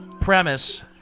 premise